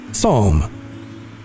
Psalm